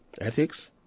ethics